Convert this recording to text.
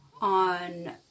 on